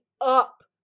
up